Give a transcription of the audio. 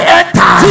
enter